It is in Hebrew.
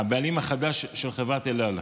הבעלים החדש של חברת אל על.